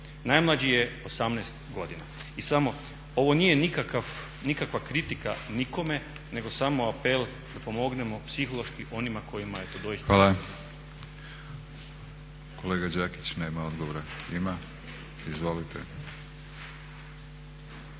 Najmlađi je 18 godina. I samo, ovo nije nikakva kritika nikome nego samo apel da pomognemo psihološki onima kojima je to doista potrebno. **Batinić, Milorad (HNS)** Hvala. Kolega Đakić nema odgovora? Ima? Izvolite.